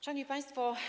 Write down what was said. Szanowni Państwo!